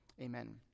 Amen